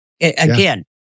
again